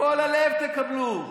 בכל הלב תקבלו.